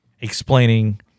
explaining